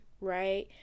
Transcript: Right